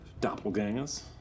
doppelgangers